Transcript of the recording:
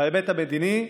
בהיבט המדיני,